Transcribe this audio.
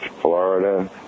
Florida